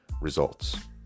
results